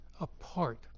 apart